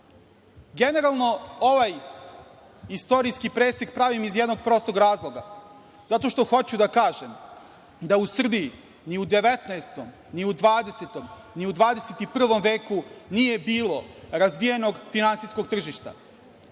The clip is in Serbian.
kapitala. Generalno, ovaj istorijski presek pravim iz jednog prostog razloga, zato što hoću da kažem da u Srbiji ni u 19, ni u 20, ni u 21. veku nije bilo razvijenog finansijskog tržišta.